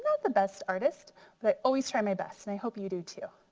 ah the best artist but i always try my best and i hope you do too.